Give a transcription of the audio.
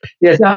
Yes